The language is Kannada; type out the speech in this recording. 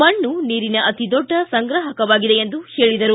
ಮಣ್ಣು ನೀರಿನ ಅತಿ ದೊಡ್ಡ ಸಂಗ್ರಾಹಕವಾಗಿದೆ ಎಂದು ಹೇಳಿದರು